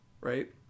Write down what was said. right